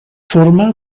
forma